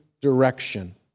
direction